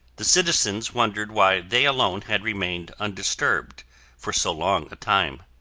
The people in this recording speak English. the citizens wondered why they alone had remained undisturbed for so long a time.